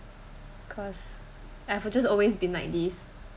cause I've just always been like this